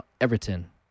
Everton